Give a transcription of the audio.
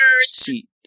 Seat